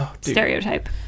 Stereotype